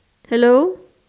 hello